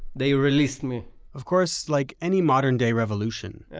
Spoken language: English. they released me of course, like any modern day revolution,